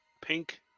pink